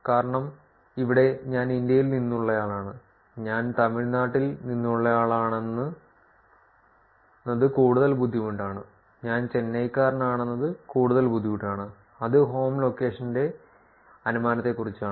കാരണം ഇവിടെ ഞാൻ ഇന്ത്യയിൽ നിന്നുള്ളയാളാണ് ഞാൻ തമിഴ്നാട്ടിൽ നിന്നുള്ളയാളാണെന്നത് കൂടുതൽ ബുദ്ധിമുട്ടാണ് ഞാൻ ചെന്നൈക്കാരനാണെന്നത് കൂടുതൽ ബുദ്ധിമുട്ടാണ് അത് ഹോം ലൊക്കേഷന്റെ അനുമാനത്തെക്കുറിച്ചാണ്